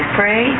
pray